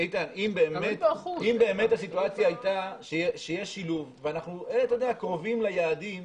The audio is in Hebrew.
אם באמת הסיטואציה הייתה שיש שילוב והיינו קרובים ליעדים,